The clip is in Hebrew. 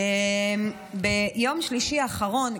ביום שלישי האחרון,